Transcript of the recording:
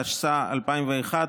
התשס"א 2001,